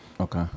Okay